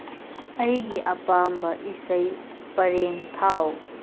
ꯑꯩꯒꯤ ꯑꯄꯥꯝꯕ ꯏꯁꯩ ꯄꯔꯦꯡ ꯊꯥꯎ